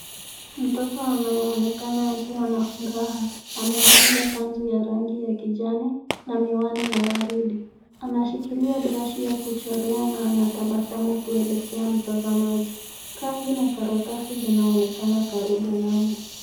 Mtoto anayeonekana akiwa na furaha, amevalia kanzu ya rangi ya kijani na miwani ya waridi. Anashikilia brashi ya kuchorea na anatabasamu kuelekea mtazamaji. Rangi na karatasi zinaonekana karibu naye.